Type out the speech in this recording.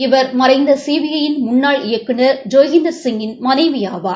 இவர் மறைந்த சிபிஐ யின் முன்னாள் இயக்குநர் ஜொகீந்தர் சிங்கின் மனைவி ஆவார்